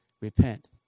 repent